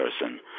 person